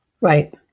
Right